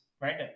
right